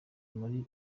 muri